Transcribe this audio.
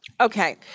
Okay